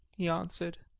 he answered.